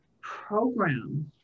program